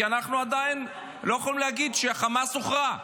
כי אנחנו עדיין לא יכולים להגיד שחמאס הוכרע.